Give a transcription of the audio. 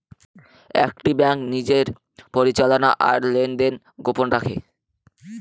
একটি ব্যাঙ্ক নিজের পরিচালনা আর লেনদেন গোপন রাখে